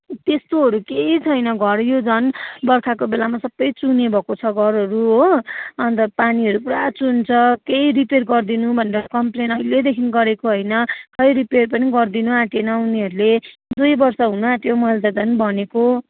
त्यस्तोहरू केही छैन घर यो झन् बर्खाको बेलामा सबै चुहुने भएको छ घरहरू हो अन्त पानीहरू पुरा चुहुन्छ केही रिपिएर गरिदिनु भनेर कम्प्लेन अहिलेदेखि गरेको होइन खै रिपिएर पनि गरिदिनु आँटेन उनीहरूले दुई वर्ष हुनआँट्यो मैले त झन् भनेको